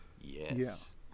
Yes